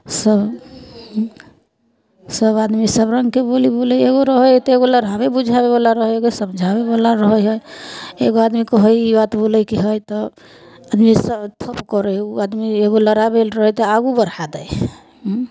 सभ सभ आदमी सबरङ्गके बोली बोले हइ एगो रहै हइ तऽ एगो लड़ाबै बुझाबैवला रहै हइ एगो समझाबैवला रहै हइ एगो आदमी कहै हइ ई बात बोलैके हइ तऽ आदमी थम करै हइ ओ आदमी एगो लड़ाबैलए रहै हइ तऽ आगू बढ़ा दै हइ उँ